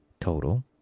total